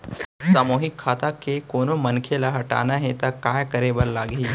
सामूहिक खाता के कोनो मनखे ला हटाना हे ता काय करे बर लागही?